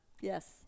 Yes